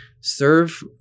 Serve